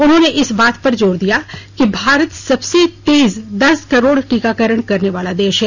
उन्होंने इस बात पर जोर दिया कि भारत सबसे तेज दस करोड़ टीकाकरण करने वाला देश है